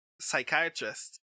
psychiatrist